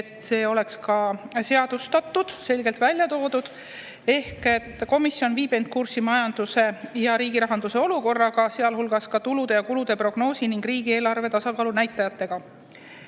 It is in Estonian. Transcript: et see oleks seadustatud, selgelt välja toodud –, et komisjon viib end kurssi majanduse ja riigi rahanduse olukorraga, sealhulgas tulude ja kulude prognoosi ning riigieelarve tasakaalu näitajatega.